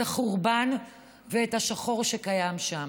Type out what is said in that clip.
את החורבן ואת השחור שקיים שם.